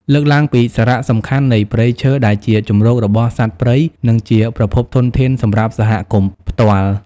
លើកឡើងពីសារៈសំខាន់នៃព្រៃឈើដែលជាជម្រករបស់សត្វព្រៃ និងជាប្រភពធនធានសម្រាប់សហគមន៍ផ្ទាល់។